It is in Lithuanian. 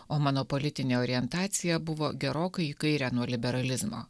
o mano politinė orientacija buvo gerokai į kairę nuo liberalizmo